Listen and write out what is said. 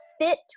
fit